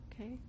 okay